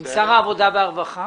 עם שר העבודה והרווחה